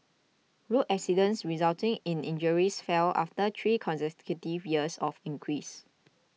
road accidents resulting in injuries fell after three consecutive years of increase